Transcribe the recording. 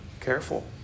careful